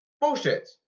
Bullshit